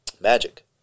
Magic